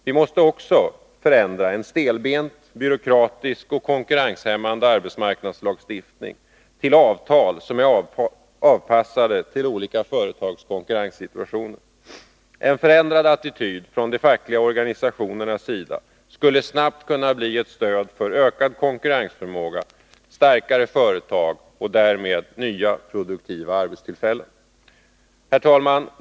Vi måste också förändra en stelbent, byråkratisk och konkurrenshämmande arbetsmarknadslagstiftning till avtal som är avpassade för olika företags konkurrenssituationer. En förändrad attityd från de fackliga organisationernas sida skulle snabbt kunna bli ett stöd för ökad konkurrensförmåga, starkare företag och därmed nya produktiva arbetstillfällen. Herr talman!